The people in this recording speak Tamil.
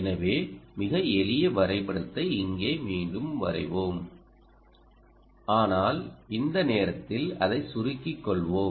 எனவே மிக எளிய வரைபடத்தை இங்கே மீண்டும் வரைவோம் ஆனால் இந்த நேரத்தில் அதை சுருக்கிக் கொள்வோம்